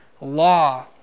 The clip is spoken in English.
law